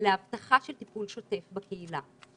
להבטחה של טיפול שוטף בקהילה.